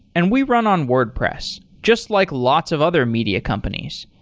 and we run on wordpress just like lots of other media companies,